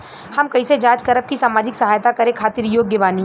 हम कइसे जांच करब की सामाजिक सहायता करे खातिर योग्य बानी?